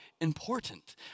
important